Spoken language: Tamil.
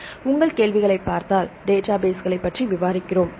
எனவே உங்கள் கேள்விகளை பார்த்தால் டேட்டாபேஸ்களைப் பற்றி விவாதிக்கிறோம்